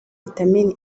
vitamini